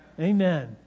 Amen